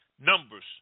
Numbers